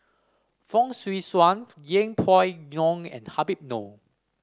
Fong Swee Suan Yeng Pway Ngon and Habib Noh